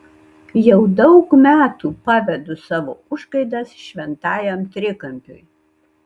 jau daug metų pavedu savo užgaidas šventajam trikampiui